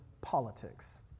politics